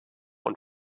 und